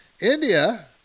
India